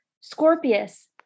Scorpius